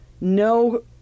no